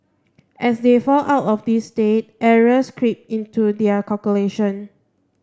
as they fall out of this state errors creep into their calculation